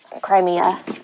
Crimea